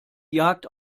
jagd